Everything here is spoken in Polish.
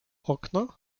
okno